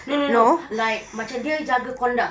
no no no like macam dia jaga conduct